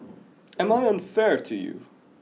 am I unfair to you